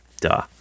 duh